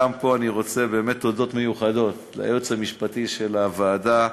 גם פה אני רוצה תודות מיוחדות לייעוץ המשפטי של הוועדה,